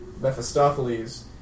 Mephistopheles